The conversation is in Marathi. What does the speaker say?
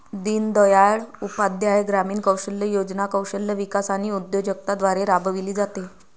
दीनदयाळ उपाध्याय ग्रामीण कौशल्य योजना कौशल्य विकास आणि उद्योजकता द्वारे राबविली जाते